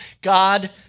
God